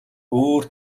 өөр